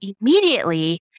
immediately